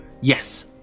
Yes